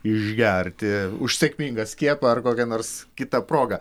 išgerti už sėkmingą skiepą ar kokią nors kitą progą